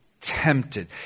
tempted